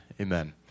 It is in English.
Amen